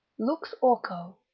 lux orco,